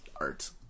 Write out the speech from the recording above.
art